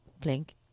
Blink